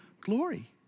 glory